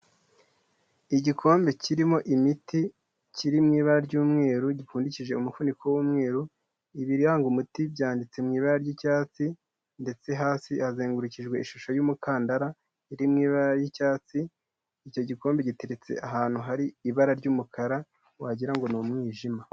Igikombe kirimo imiti, kiri ibara ry'umweru, gipfundikishije umufuniko w'umweru, ibiranga umuti byanditse mu ibara ry'icyatsi ndetse hasi hazengurukijwe ishusho y'umukandara, iri mu ibara ry'icyatsi, icyo gikombe giteretse ahantu hari ibara ry'umukara, wagira ngo ni umwijima.